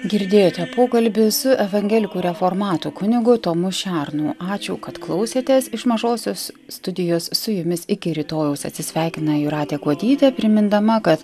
girdėjote pokalbį su evangelikų reformatų kunigu tomu šernu ačiū kad klausėtės iš mažosios studijos su jumis iki rytojaus atsisveikina jūratė kuodytė primindama kad